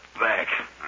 back